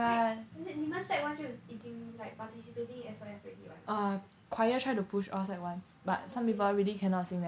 wait 你你们 sec one 就已经 like participating in S_Y_F already [one] ah